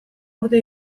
urte